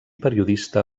periodista